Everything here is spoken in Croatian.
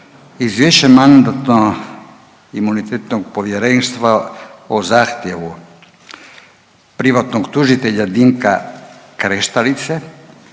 Izvješće Mandatno-imunitetnog povjerenstva o zahtjevu privatnog tužitelja Dinka Kreštalice